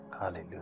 Hallelujah